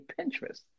Pinterest